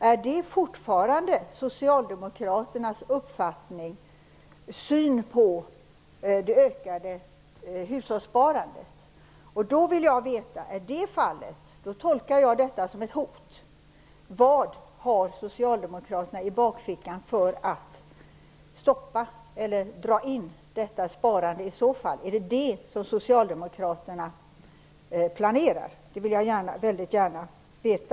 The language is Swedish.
Är detta fortfarande Socialdemokraternas syn på det ökande hushållssparandet? I det fallet tolkar jag detta som ett hot. Vad har Socialdemokraterna i så fall i bakfickan för att dra in detta sparande? Är det det som Socialdemokraterna planerar? Det vill jag väldigt gärna veta.